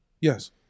Yes